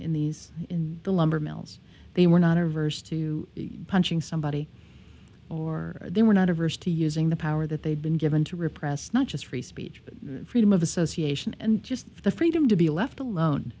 in the in the lumber mills they were not averse to punching somebody or they were not averse to using the power that they'd been given to repress not just free speech freedom of association and just the freedom to be left alone